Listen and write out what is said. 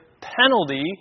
penalty